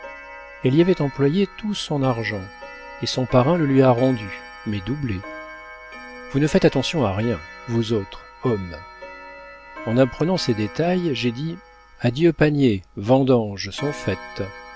elle y avait employé tout son argent et son parrain le lui a rendu mais doublé vous ne faites attention à rien vous autres hommes en apprenant ces détails j'ai dit adieu paniers vendanges sont faites